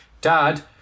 Dad